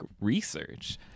research